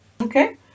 okay